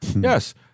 Yes